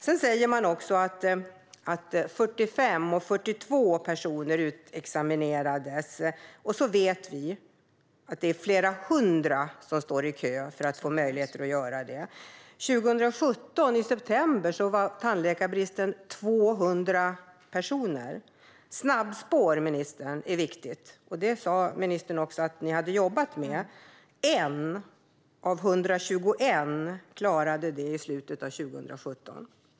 Sedan säger man att 45 och 42 personer utexaminerades, och så vet vi att det är flera hundra som står i kö för att få möjlighet att göra det. I september 2017 var tandläkarbristen så stor att det saknades 200 tandläkare. Snabbspår, ministern, är viktigt. Det sa ministern också att ni hade jobbat med. En person av 121 klarade kunskapsprovet i slutet av 2017.